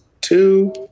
Two